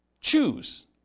choose